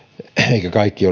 eivätkä kaikki